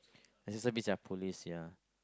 assistant police ya